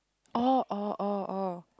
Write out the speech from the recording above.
oh oh oh oh